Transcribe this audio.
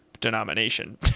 denomination